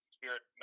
Spirit